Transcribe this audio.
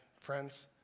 friends